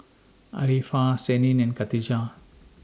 Arifa Senin and Khatijah